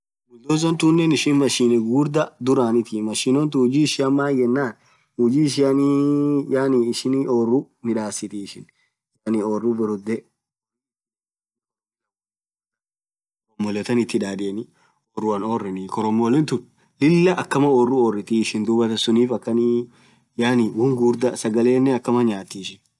Bulldozer tunen ishin machine ghughurdha dhuranith machine tun huji ishian maan yenan huji ishianii yaani orruu midhasithi ishin yaani orru burudhee (.) khoromole than ithi hindadhieni oruan orronii khoromolethun Lilah orru orithii ishin dhuathan suniff akhan yaani won ghughurdha yaani sagalenen akam nyathii ishin